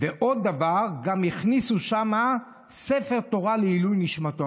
ועוד דבר, גם הכניסו שם ספר תורה לעילוי נשמתו.